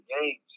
games